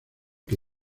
que